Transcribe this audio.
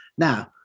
Now